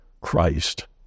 Christ